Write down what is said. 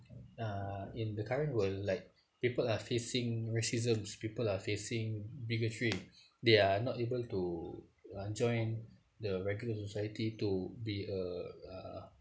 uh in the current world like people are facing racism people are facing bigotry they are not able to uh join the regular society to be a uh